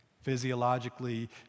Physiologically